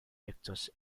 lectures